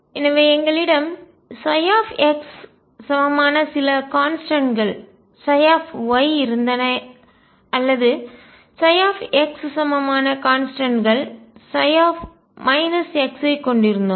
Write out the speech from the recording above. எனவே எங்களிடம் x சமமான சில கான்ஸ்டன்ட்கள் y இருந்தன அல்லது x சமமான கான்ஸ்டன்ட் x ஐக் கொண்டிருந்தோம்